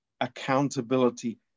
accountability